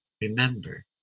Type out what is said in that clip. remember